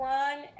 one